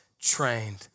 trained